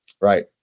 Right